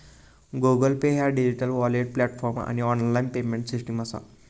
Google pay ह्या digital wallet platform आणि online payment system असा